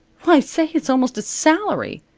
why say, it's almost a salary.